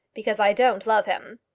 because i don't love him.